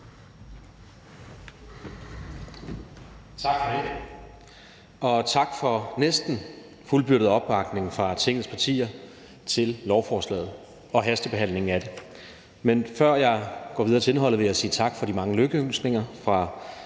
Tak for det. Og tak for næsten fuldtonet opbakning fra Tingets partier til lovforslaget og hastebehandlingen af det. Men før jeg går videre til indholdet, vil jeg sige tak for de mange lykønskninger fra